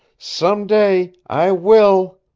some day i will!